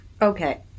Okay